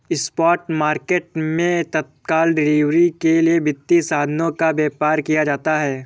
spot market मैं तत्काल delivery के लिए वित्तीय साधनों का व्यापार किया जाता है